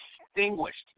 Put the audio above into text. extinguished